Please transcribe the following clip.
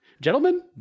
Gentlemen